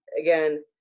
again